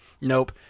Nope